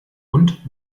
und